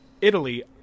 Italy